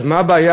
אז מה הבעיה?